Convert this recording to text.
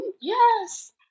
Yes